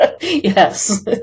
Yes